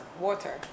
water